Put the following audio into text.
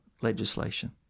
legislation